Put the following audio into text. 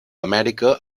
amèrica